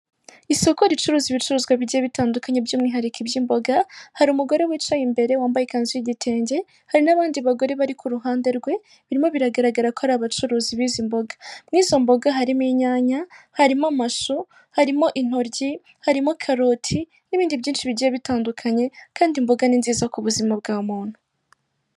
Isoko ricuruza ibicuruzwa bigiye bitandukanye by'umwihariko iby' imboga, hari umugore wicaye imbere, wambaye ikanzu y'igitenge hari n'abandi bagore bari ku ruhande rwe, birimo biragaragara ko ari abacuruzi b'izi mboga, mu izo mboga harimo inyanya, harimo amashu, harimo intoryi, harimo karoti n'ibindi byinshi bigiye bitandukanye kandi imboga ni nziza ku buzima bwa muntu.